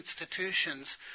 institutions